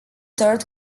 third